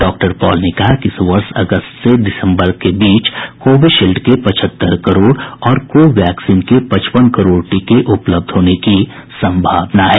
डॉ पॉल ने कहा कि इस वर्ष अगस्त से दिसंबर के बीच कोविशील्ड के पचहत्तर करोड़ और को वैक्सीन के पचपन करोड़ टीके उपलब्ध होने की संभावना है